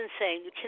insane